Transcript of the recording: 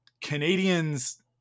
Canadians